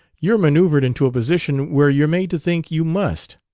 you're manoeuvred into a position where you're made to think you must.